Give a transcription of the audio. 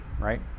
right